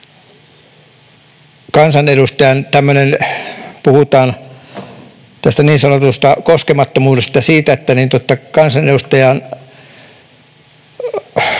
kansanedustajan tämmöinen — puhutaan tästä niin sanotusta koskemattomuudesta ja siitä, että kansanedustaja